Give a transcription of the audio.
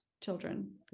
children